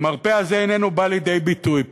המרפא הזה איננו בא לידי ביטוי.